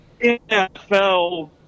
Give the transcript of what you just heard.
NFL